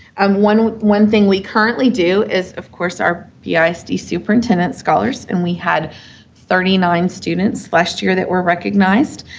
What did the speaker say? um one one thing we currently do is, of course, our the ah isd superintendant scholars, and we had thirty nine students last year that were recognized,